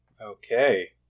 Okay